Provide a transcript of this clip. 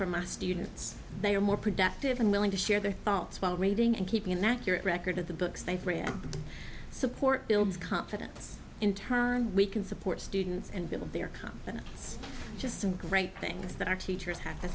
for my students they are more productive and willing to share their thoughts while reading and keeping an accurate record of the books they've read support builds confidence in turn we can support students and build their company it's just some great things that our teachers have to